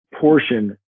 portion